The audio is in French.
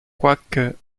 quoique